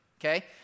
okay